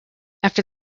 after